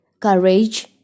courage